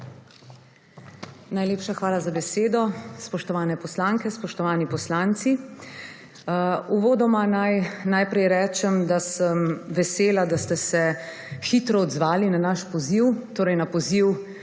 SDS): Hvala za besedo. Spoštovani poslanke in poslanci! Uvodoma naj najprej rečem, da sem vesela, da ste se hitro odzvali na naš poziv torej na poziv